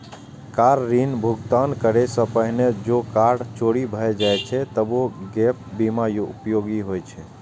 car ऋणक भुगतान करै सं पहिने जौं कार चोरी भए जाए छै, तबो गैप बीमा उपयोगी होइ छै